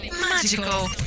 magical